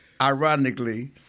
ironically—